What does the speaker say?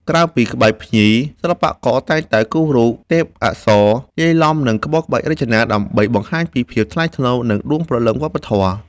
ក្រៅពីក្បាច់ភ្ញី សិល្បករតែងតែគូររូប ទេពអប្សរ លាយឡំនឹងក្បូរក្បាច់រចនា ដើម្បីបង្ហាញពីភាពថ្លៃថ្នូរ និងដួងព្រលឹងវប្បធម៌។